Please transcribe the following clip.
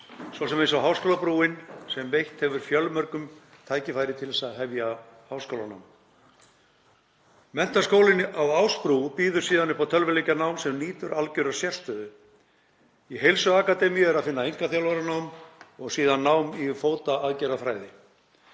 svo sem eins og háskólabrúin sem veitt hefur fjölmörgum tækifæri til að hefja háskólanám. Menntaskólinn á Ásbrú býður síðan upp á tölvuleikjanám sem nýtur algerrar sérstöðu. Í heilsuakademíu er að finna einkaþjálfaranám og síðan nám í fótaaðgerðafræði.